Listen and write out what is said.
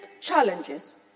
challenges